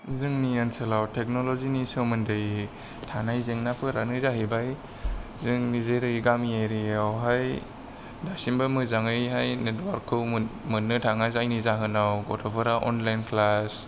जोंनि ओनसोलाव टेकनलजिनि सोमोन्दै थानाय जेंनाफोरानो जाहैबाय जों जेरै गामि एरियायावहाय दासिमबो मोजांयैहाय नेटवर्कखौ मोननो थाङा जायनि जाहोनाव गथ'फोरा अनलाइन क्लास